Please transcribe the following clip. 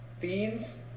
beans